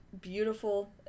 beautiful